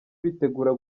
bitegura